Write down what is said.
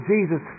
Jesus